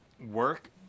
work